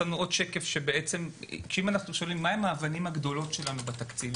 שואלים מהם האבנים הגדולות שלנו בתקציב,